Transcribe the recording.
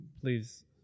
please